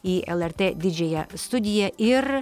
į lrt didžiąją studiją ir